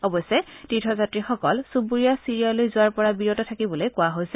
অৱশ্যে তীৰ্থযাত্ৰীসকলক চুবুৰীয়া চিৰিয়ালৈ যোৱাৰ পৰা বিৰত থাকিবলৈ কোৱা হৈছে